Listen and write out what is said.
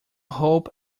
hope